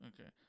Okay